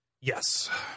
Yes